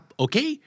okay